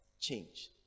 change